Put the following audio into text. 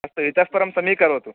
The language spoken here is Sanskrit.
अस्तु इतः परं समीकरोतु